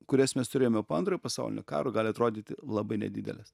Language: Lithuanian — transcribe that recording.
kurias mes turėjome po antrojo pasaulinio karo gali atrodyti labai nedidelės